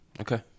Okay